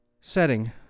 setting